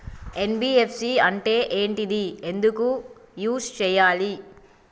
NBFC అంటే ఏంటిది ఎందుకు యూజ్ చేయాలి?